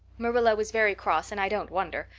marilla was very cross and i don't wonder.